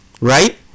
right